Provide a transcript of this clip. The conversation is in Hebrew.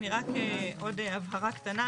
אני רק עוד הבהרה קטנה.